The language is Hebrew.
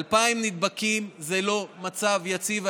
2,000 נדבקים זה לא מצב יציב.